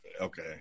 Okay